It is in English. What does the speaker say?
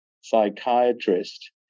psychiatrist